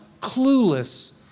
clueless